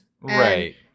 Right